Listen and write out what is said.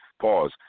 Pause